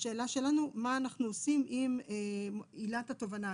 השאלה שלנו מה אנחנו עושים עם עילת התובענה,